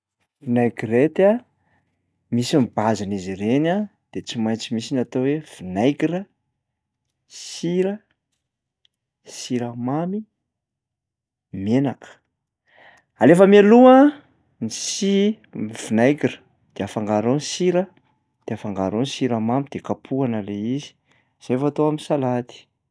Vinaigrety a, misy ny base-n'izy ireny a de tsy maintsy misy ny atao hoe vinaigra, sira, siramamy, menaka. Alefa mialoha ny si- ny vinaigra de afangaro ao ny sira de afangaro ao ny siramamy dia kapohana lay izy zay vao atao am'salady.